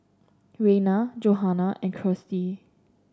Rayna Johanna and Kirstie